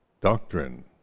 doctrine